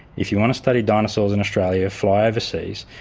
if you want to study dinosaurs in australia, fly overseas,